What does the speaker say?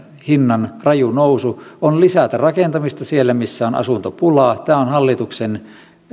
hinnan raju nousu on lisätä rakentamista siellä missä on asuntopulaa tämä on hallituksen